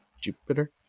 Jupiter